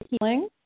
healing